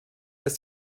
als